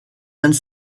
vingt